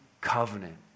covenant